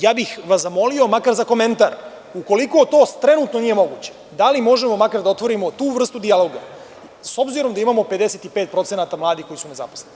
Ja bih vas zamolio, makar za komentar, ukoliko to trenutno nije moguće, da li možemo makar da otvorimo tu vrstu dijaloga, s obzirom da imamo 55% mladih koji su nezaposleni?